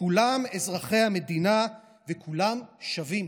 כולם אזרחי המדינה וכולם שווים,